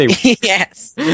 Yes